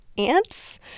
Ants